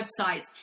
websites